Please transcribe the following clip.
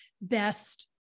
best